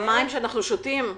המים שאנחנו שותים.